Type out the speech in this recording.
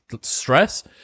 stress